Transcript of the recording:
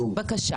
בבקשה.